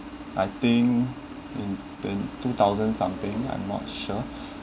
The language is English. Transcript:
I think in twen~ two thousand something I'm not sure